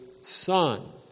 son